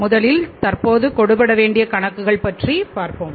முதலில் தற்போது கொடுபட வேண்டிய கணக்குகள் பற்றி பார்ப்போம்